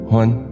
one